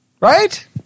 Right